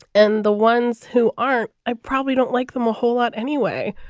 and the ones who aren't, i probably don't like them a whole lot anyway,